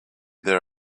their